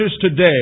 today